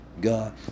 God